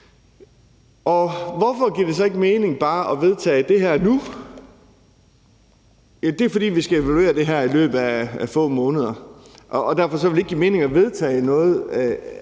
Hvorfor giver det så ikke mening bare at vedtage det her nu? Det er, fordi vi skal evaluere det her i løbet af få måneder, og derfor ville det give mening at vedtage noget i